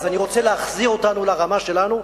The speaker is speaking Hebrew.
אני רוצה להחזיר אותנו לרמה שלנו.